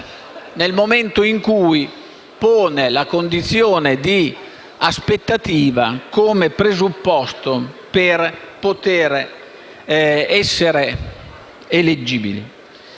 dal momento che pongono la condizione di aspettativa come presupposto per poter essere eleggibili.